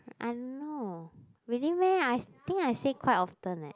I know really meh I think I say quite often eh